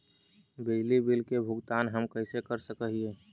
बिजली बिल के भुगतान हम कैसे कर सक हिय?